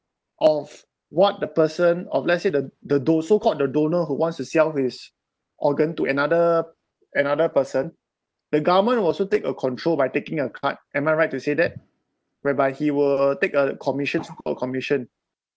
of what the person of let's say the the do~ so called the donor who wants so sell his organ to another another person the government will also take a control by taking a cut am I right to say that whereby he will take a commissions or commission